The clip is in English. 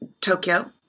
Tokyo